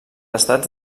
estats